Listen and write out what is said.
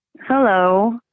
Hello